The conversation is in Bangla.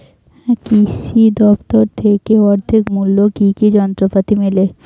কৃষি দফতর থেকে অর্ধেক মূল্য কি কি যন্ত্রপাতি মেলে?